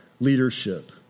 leadership